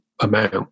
amount